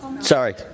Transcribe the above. Sorry